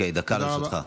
דקה לרשותך.